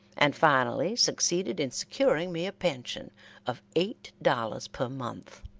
and finally succeeded in securing me a pension of eight dollars per month.